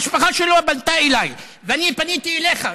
המשפחה שלו פנתה אליי ואני פניתי אליך,